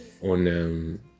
on